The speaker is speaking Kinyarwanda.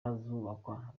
hazubakwa